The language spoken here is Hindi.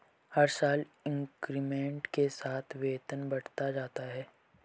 हर साल इंक्रीमेंट के साथ वेतन बढ़ता जाता है